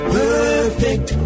perfect